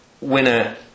winner